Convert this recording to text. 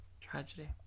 Tragedy